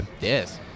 Yes